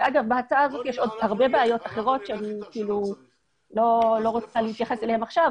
בהצעה הזאת יש עוד הרבה בעיות אחרות שאני לא רוצה להתייחס אליהן עכשיו,